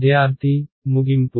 విద్యార్థి ముగింపు